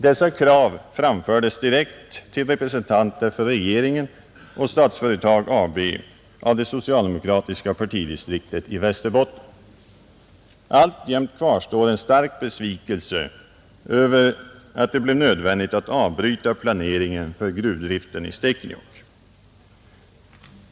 Dessa krav framfördes direkt till representanter för regeringen och Statsföretag AB av det socialdemokratiska partidistriktet i Västerbotten. Alltjämt kvarstår en stark besvikelse över att det blev nödvändigt att avbryta planeringen för gruvdriften i Stekenjokk.